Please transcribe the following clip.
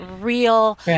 real